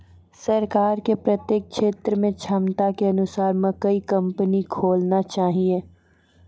सरकार के प्रत्येक क्षेत्र मे क्षमता के अनुसार मकई कंपनी खोलना चाहिए?